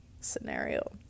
scenario